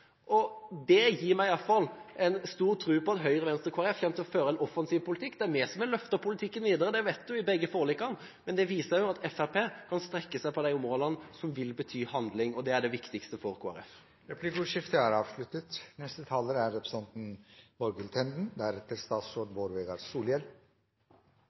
Folkeparti. Det gir meg iallfall en stor tro på at Høyre, Venstre og Kristelig Folkeparti kommer til å føre en offensiv politikk. Det er vi som har løftet politikken videre – det vet alle – i begge forlikene, men det viser også at Fremskrittspartiet må strekke seg på disse områdene, som vil bety handling. Det er det viktigste for Kristelig Folkeparti. Replikkordskiftet er dermed avsluttet.